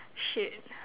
shit